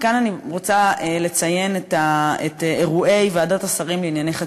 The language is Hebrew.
וכאן אני רוצה לציין את אירועי ועדת השרים לענייני חקיקה.